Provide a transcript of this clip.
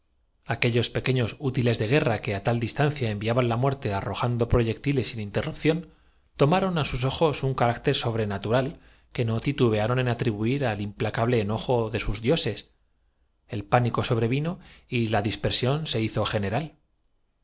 aquellos pequeños útiles de guerra que á tal distancia enviaban la muerte arrojando proyecti les sin interrupción tomaron á sus ojos un carácter sobrenatural que no titubearon en atribuir al impla cable enojo de sus dioses el pánico sobrevino y la dispersión se hizo general